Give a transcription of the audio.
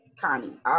Connie